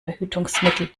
verhütungsmittel